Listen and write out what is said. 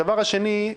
הדבר השני,